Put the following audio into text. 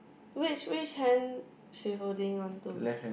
which which hand she holding onto